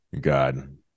God